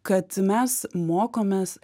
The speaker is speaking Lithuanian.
kad mes mokomės